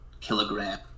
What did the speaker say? kilogram